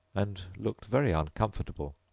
and looked very uncomfortable.